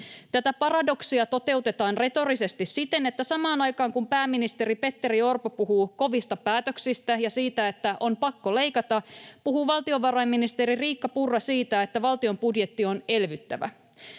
Tätä paradoksia toteutetaan retorisesti siten, että samaan aikaan, kun pääministeri Petteri Orpo puhuu kovista päätöksistä ja siitä, että on pakko leikata, puhuu valtiovarainministeri Riikka Purra siitä, että valtion budjetti on elvyttävä.